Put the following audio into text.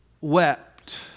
wept